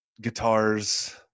guitars